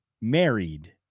married